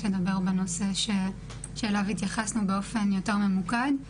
לדבר בנושא שאליו התייחסנו באופן יותר ממוקד,